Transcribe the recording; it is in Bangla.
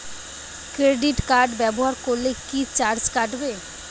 ক্রেডিট কার্ড ব্যাবহার করলে কি চার্জ কাটবে?